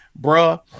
bruh